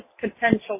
potential